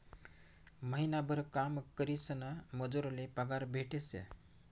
महिनाभर काम करीसन मजूर ले पगार भेटेस